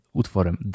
utworem